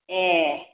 ए